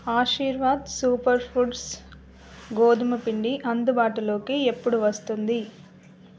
Aashirvaad super foods గోధుమ పిండి అందుబాటులోకి ఎప్పుడు వస్తుంది